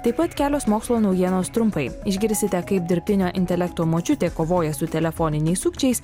taip pat kelios mokslo naujienos trumpai išgirsite kaip dirbtinio intelekto močiutė kovoja su telefoniniais sukčiais